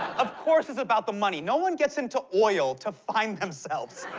of course it's about the money. no one gets into oil to find themselves.